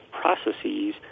processes